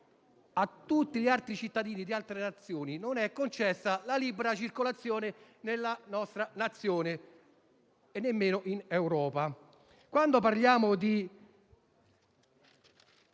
A tutti gli altri cittadini di altre Nazioni non è concessa la libera circolazione nella nostra Nazione e nemmeno in Europa. Quando parliamo di